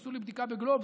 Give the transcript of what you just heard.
שיעשו לי בדיקה בגלובס,